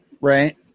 right